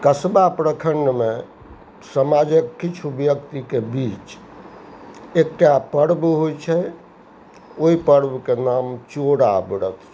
कसबा प्रखण्डमे समाजक किछु व्यक्तिके बीच एकटा पर्व होइ छै ओहि पर्वके नाम चोरा व्रत छी